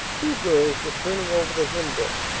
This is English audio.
two girls were turning over the hymn-book,